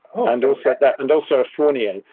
and it was like that. and also fournier.